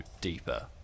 deeper